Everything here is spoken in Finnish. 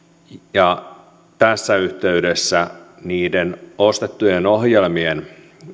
tässä yhteydessä niiden ostettujen ohjelmien